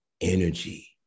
Energy